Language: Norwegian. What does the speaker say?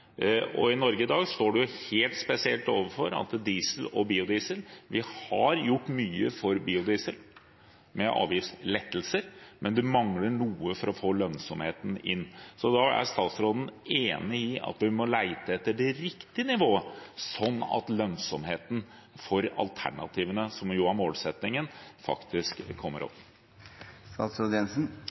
I Norge i dag er det helt spesielt med tanke på diesel og biodiesel – vi har gjort mye for biodiesel med avgiftslettelser, men det mangler noe for å få lønnsomheten inn. Så er statsråden enig i at vi må lete etter det riktige nivået, sånn at lønnsomheten for alternativene – som jo er målsetningen – faktisk kommer